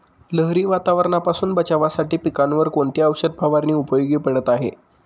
लहरी वातावरणापासून बचावासाठी पिकांवर कोणती औषध फवारणी उपयोगी पडत आहे?